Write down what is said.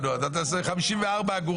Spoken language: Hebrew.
חשבון שעות נוספות.